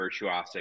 virtuosic